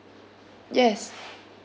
yes